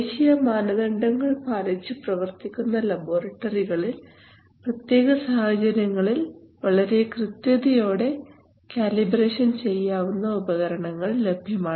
ദേശീയ മാനദണ്ഡങ്ങൾ പാലിച്ച് പ്രവർത്തിക്കുന്ന ലബോറട്ടറികളിൽ പ്രത്യേക സാഹചര്യങ്ങളിൽ വളരെ കൃത്യതയോടെ കാലിബ്രേഷൻ ചെയ്യാവുന്ന ഉപകരണങ്ങൾ ലഭ്യമാണ്